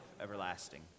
everlasting